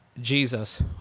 Jesus